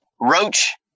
Roach